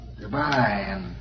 Goodbye